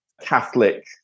Catholic